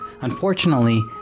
Unfortunately